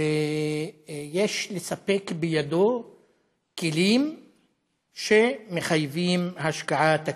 ויש לספק בידו כלים שמחייבים השקעה תקציבית.